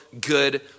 good